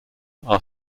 are